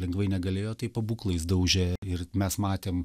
lengvai negalėjo tai pabūklais daužė ir mes matėm